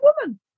woman